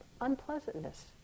unpleasantness